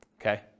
Okay